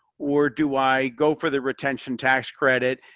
or do i go for the retention tax credit?